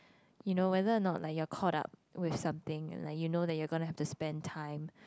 you know whether or not like you're caught up with something like you know that you gonna have to spend time